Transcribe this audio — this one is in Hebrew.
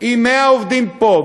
עם 100 עובדים פה,